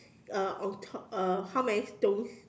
uh on top uh how many stones